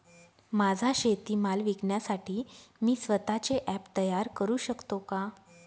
माझा शेतीमाल विकण्यासाठी मी स्वत:चे ॲप तयार करु शकतो का?